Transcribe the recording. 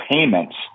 payments